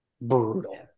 brutal